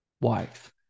wife